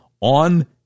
on